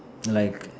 like